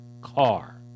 car